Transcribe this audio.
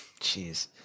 Jeez